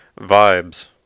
Vibes